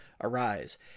arise